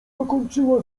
dokończyła